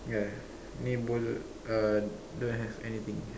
ya me bowl uh don't have anything